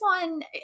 one